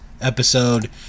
episode